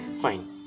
Fine